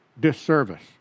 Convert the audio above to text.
disservice